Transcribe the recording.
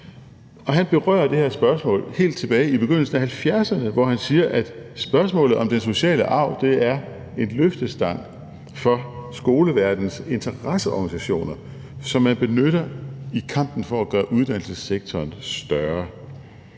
Han berører det her spørgsmål helt tilbage i begyndelsen af 1970'erne, hvor han siger, at spørgsmålet om den sociale arv er en løftestang for skoleverdenens interesseorganisationer, som man benytter i kampen for at gøre uddannelsessektoren større.